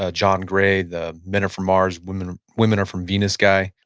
ah john gray, the men are from mars, women women are from venus guy.